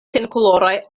senkoloraj